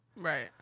right